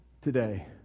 today